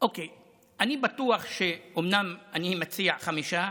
אומנם אני מציע חמישה,